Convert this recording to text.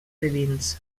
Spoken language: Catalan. divins